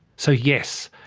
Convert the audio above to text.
so yes,